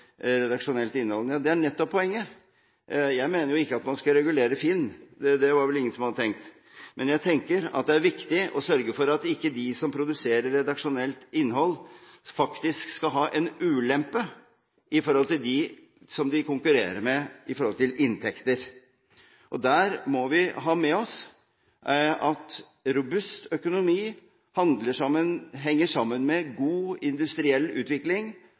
Det er nettopp poenget. Jeg mener jo ikke at man skal regulere FINN.no – det var det vel ingen som hadde tenkt – men jeg tenker at det er viktig å sørge for at de som produserer redaksjonelt innhold, ikke får en ulempe i forhold til de som de konkurrerer med, når det gjelder inntekter. Og der må vi ha med oss at robust økonomi henger sammen med god industriell utvikling,